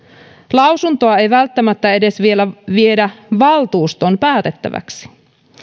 lausuntoa ei välttämättä edes viedä valtuuston päätettäväksi